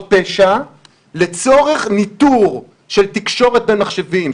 פשע לצורך ניטור של תקשורת בין מחשבים,